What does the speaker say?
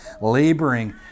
laboring